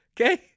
okay